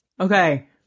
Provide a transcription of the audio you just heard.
Okay